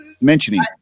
mentioning